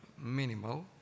minimal